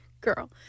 girl